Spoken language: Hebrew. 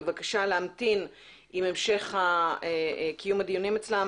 בבקשה להמתין עם המשך קיום הדיונים אצלם